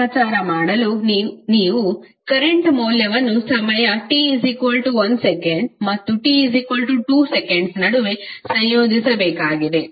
ಲೆಕ್ಕಾಚಾರ ಮಾಡಲು ನೀವು ಕರೆಂಟ್ ಮೌಲ್ಯವನ್ನು ಸಮಯ t1s ಮತ್ತು t2s ನಡುವೆ ಸಂಯೋಜಿಸಬೇಕಾಗಿದೆ